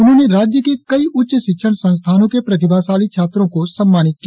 उन्होंने राज्य के कई उच्च शिक्षण संस्थानों के प्रतिभाशाली छात्रों को सम्मानित किया